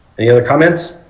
any other comments